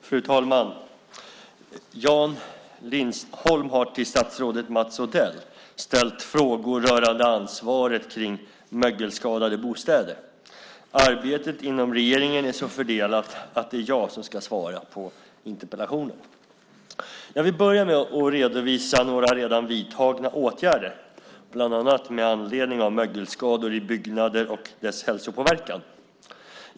Fru talman! Jan Lindholm har till statsrådet Mats Odell ställt frågor rörande ansvaret för mögelskadade bostäder. Arbetet inom regeringen är så fördelat att det är jag som ska svara på interpellationen. Jag vill börja med att redovisa några redan vidtagna åtgärder bland annat med anledning av mögelskador i byggnader och deras hälsopåverkan.